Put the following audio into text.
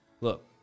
Look